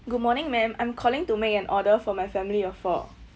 good morning ma'am I'm calling to make an order for my family of four